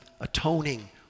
atoning